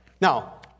Now